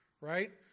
right